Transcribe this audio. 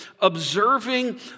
observing